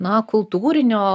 na kultūrinio